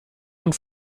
und